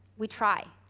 we try,